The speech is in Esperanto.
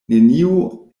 neniu